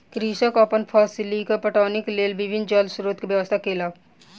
कृषक अपन फसीलक पटौनीक लेल विभिन्न जल स्रोत के व्यवस्था केलक